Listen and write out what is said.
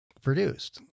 produced